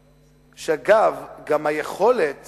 אגב, גם היכולת